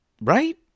right